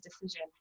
decision